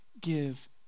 Give